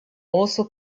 also